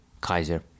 Kaiser